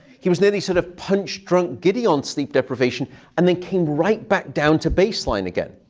he was nearly sort of punch-drunk giddy on sleep deprivation and then came right back down to baseline again.